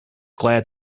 glad